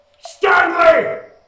Stanley